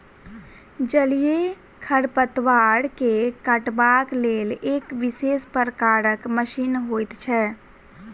जलीय खढ़पतवार के काटबाक लेल एक विशेष प्रकारक मशीन होइत छै